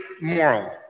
moral